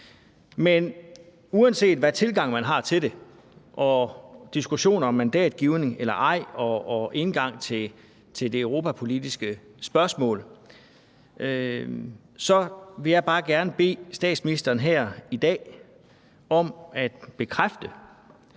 Men uanset hvad tilgang man har til det – i forhold til diskussioner om mandatgivning eller ej og indgang til det europapolitiske spørgsmål – så vil jeg bare gerne bede statsministeren her i dag om at bekræfte,